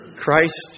Christ